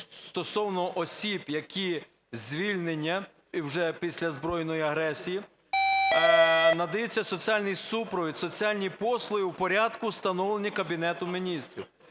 стосовно осіб, які звільнені вже після збройної агресії, надається соціальний супровід, соціальні послуги у порядку, встановленому Кабінетом Міністрів.